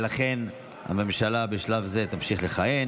ולכן הממשלה בשלב זה תמשיך לכהן.